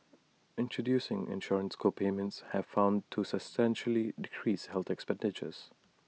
introducing insurance co payments have found to substantially decrease health expenditures